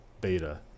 beta